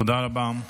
תודה רבה.